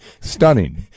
Stunning